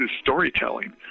storytelling